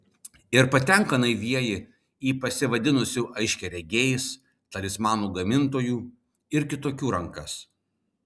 ir patenka naivieji į pasivadinusių aiškiaregiais talismanų gamintojų ir kitokių rankas